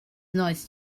nice